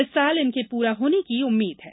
इस साल इनके पूरा होने की उम्मीद है